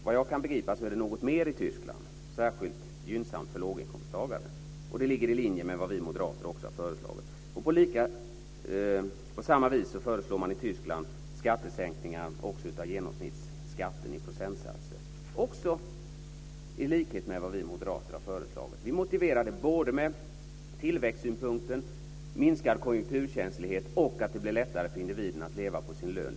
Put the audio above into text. Vad jag kan begripa är det något mer i Tyskland - särskilt gynnsamt för låginkomsttagare. Det ligger i linje med vad vi moderater har föreslagit. På samma vis föreslår man i Tyskland skattesänkningar också av genomsnittsskatten i procentsatser - också i likhet med vad vi moderater har föreslagit. Vi motiverar det både med tillväxtsynpunkten, minskad konjunkturkänslighet och att det blir lättare för individen att leva på sin lön.